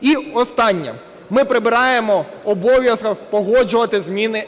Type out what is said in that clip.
І останнє. Ми прибираємо обов'язок погоджувати зміни